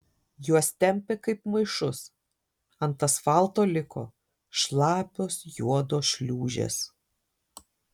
juos tempė kaip maišus ant asfalto liko šlapios juodos šliūžės